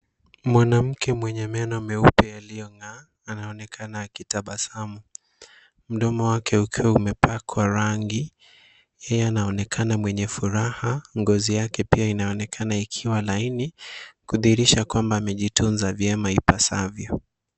Mwanamke mwenye meno meupe yaliyong'aa ,anaonekana akitabasamu. Mdomo wake ukiwa umepakwa rangi. Yeye anaonekana mwenye furaha. Ngozi yake pia inaonekana ikiwa laini, kudhihirisha kwamba amejitunza vyema, ipasavyo.